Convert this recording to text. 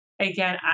again